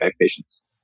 patients